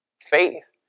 Faith